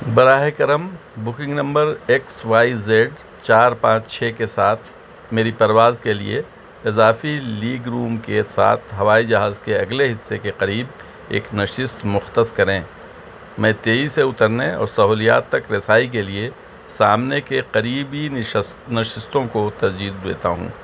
براہ کرم booking number X Y Z چار پانچ چھ کے ساتھ میری پرواز کے لیے اضافی لیگ روم کے ساتھ ہوائی جہاز کے اگلے حصے کے قریب ایک نشست مختص کریں میں تیزی سے اترنے اور سہولیات تک رسائی کے لیے سامنے کے قریبی نشستوں کو ترجیح دیتا ہوں